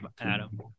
Adam